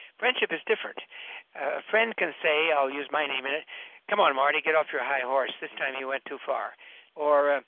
friendship is different. a friend can say i'll use my name in it come on, marty. get off your high horse. this time you went too far or,